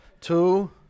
Two